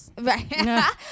Right